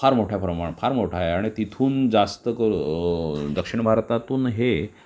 फार मोठ्या प्रमाण फार मोठं आहे आणि तिथून जास्त क दक्षिण भारतातून हे